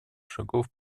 шагов